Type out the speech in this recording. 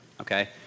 okay